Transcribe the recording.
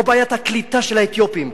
או בעיית הקליטה של האתיופים,